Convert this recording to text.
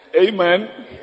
Amen